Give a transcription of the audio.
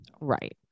right